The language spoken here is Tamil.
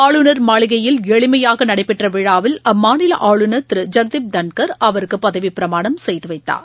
ஆளுநர் மாளிகையில் எளிமையாகநடைபெற்றவிழாவில் அம்மாநிலஆளுநர் திரு ஐக்தீப் தங்கள் அவருக்குபதவிப்பிரமாணம் செய்துவைத்தார்